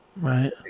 Right